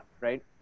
Right